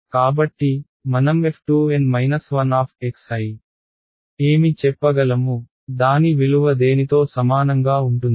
కాబట్టి మనం f2N 1 ఏమి చెప్పగలము దాని విలువ దేనితో సమానంగా ఉంటుంది